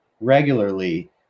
regularly